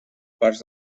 parts